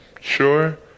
Sure